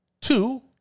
two